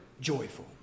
joyful